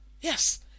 Yes